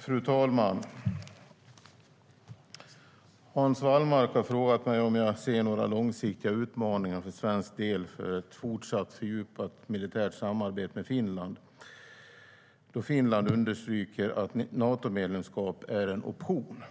Fru talman! Hans Wallmark har frågat mig om jag ser några långsiktiga utmaningar för svensk del med ett fortsatt fördjupat militärt samarbete med Finland, då Finland understryker att Natomedlemskap är en option.